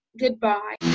goodbye